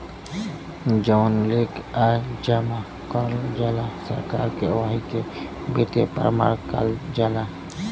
जउन लेकःआ जमा करल जाला सरकार के वही के वित्तीय प्रमाण काल जाला